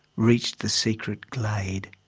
reached the secret glade.